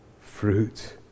fruit